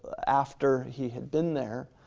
after he had been there,